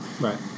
Right